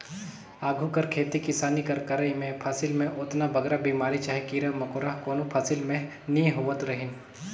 आघु कर खेती किसानी कर करई में फसिल में ओतना बगरा बेमारी चहे कीरा मकोरा कोनो फसिल में नी होवत रहिन